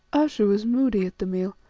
ayesha was moody at the meal,